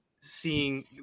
seeing